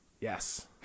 Yes